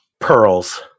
Pearls